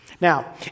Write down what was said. Now